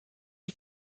die